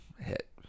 hit